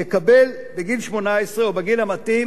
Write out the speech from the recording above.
יקבל בגיל 18 או בגיל המתאים,